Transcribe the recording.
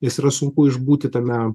nes yra sunku išbūti tame